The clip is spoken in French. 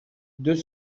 deux